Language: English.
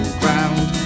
ground